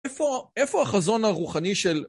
איפה החזון הרוחני של...